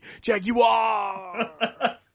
Jaguar